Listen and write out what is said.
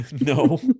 No